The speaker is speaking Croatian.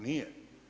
Nije.